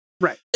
right